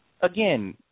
Again